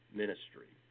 ministry